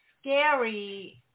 scary